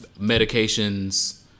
medications